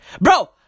Bro